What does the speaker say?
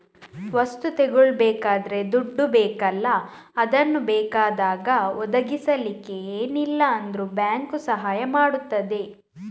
ವಸ್ತು ತಗೊಳ್ಬೇಕಾದ್ರೆ ದುಡ್ಡು ಬೇಕಲ್ಲ ಅದನ್ನ ಬೇಕಾದಾಗ ಒದಗಿಸಲಿಕ್ಕೆ ಏನಿಲ್ಲ ಅಂದ್ರೂ ಬ್ಯಾಂಕು ಸಹಾಯ ಮಾಡ್ತದೆ